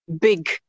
big